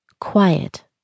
quiet